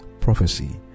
Prophecy